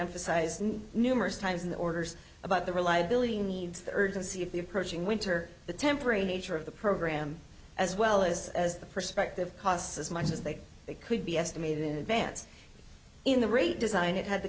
emphasized numerous times in the orders about the reliability needs the urgency of the approaching winter the temporary nature of the program as well as the perspective costs as much as they could be estimated in advance in the rate design it had the